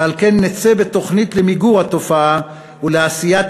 ועל כן נצא בתוכנית למיגור התופעה ולעשיית